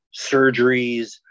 Surgeries